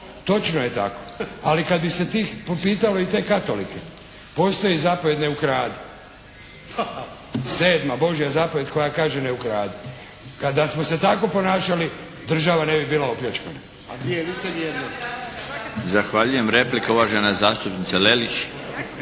točno je tako, ali kada bi se tih pitalo i te Katolike, postoji zapovijed ne ukradi. Sedma Božja zapovijed koja kaže ne ukradi. Da smo se tako ponašali, država ne bi bila opljačkana. **Milinović, Darko (HDZ)** Zahvaljujem. Replika, uvažena zastupnica Lelić.